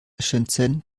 shenzhen